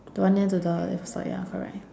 the one near to the apple store ya correct